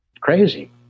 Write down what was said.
crazy